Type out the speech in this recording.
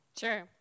Sure